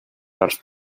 dels